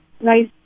nice